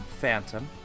Phantom